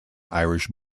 irish